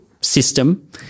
system